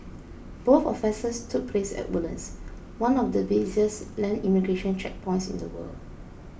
both offences took place at Woodlands one of the busiest land immigration checkpoints in the world